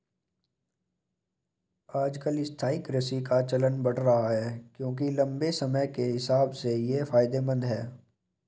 आजकल स्थायी कृषि का चलन बढ़ रहा है क्योंकि लम्बे समय के हिसाब से ये फायदेमंद है